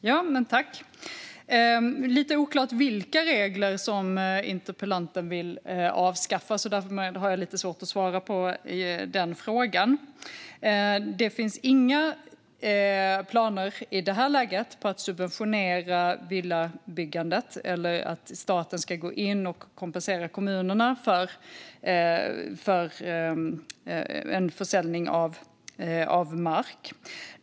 Herr ålderspresident! Det var lite oklart vilka regler interpellanten vill avskaffa; därför har jag lite svårt att svara på den frågan. Det finns i det här läget inga planer på att subventionera villabyggandet eller att staten ska gå in och kompensera kommunerna för försäljning av mark.